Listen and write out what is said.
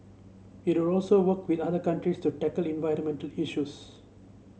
it will also work with other countries to tackle environmental issues